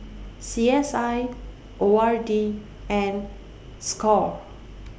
C S I O R D and SCORE